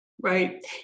Right